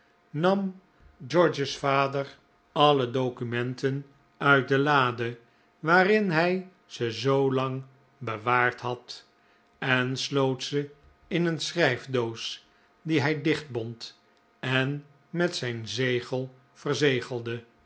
nam george's vader alle documenten uit de lade waarin hij ze zoo lang bewaard had en sloot ze in een schrijfdoos die hij dichtbond en met zijn zegel verzegelde